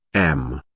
m.